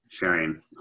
sharing